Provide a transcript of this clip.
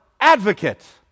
advocate